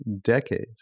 decades